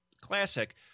classic